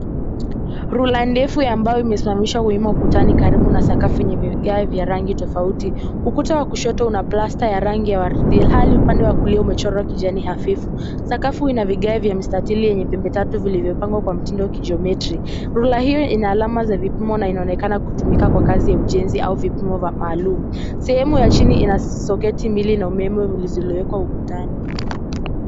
Rula ndefu ya mbao imesimamishwa wima ukutani karibu na sakafu yenye vigae vya rangi tofauti. Ukuta wa kushoto una plasta ya rangi ya waridi ilhali upande wa kulia umechorwa kijani hafifu. Sakafu ina vigae vya mstatili yenye pembe tatu vilivyopangwa kwa mtindo wa kijiometri. Rula hiyo ina alama za vipimo na inaonekana kutumika kwa kazi ya ujenzi au vipimo vya maalum. Sehemu ya chini ina soketi mbili na umeme ulizowekwa ukutani.